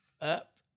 up